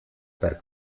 per